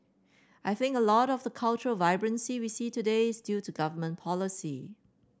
I think a lot of the cultural vibrancy we see today is due to government policy